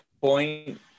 point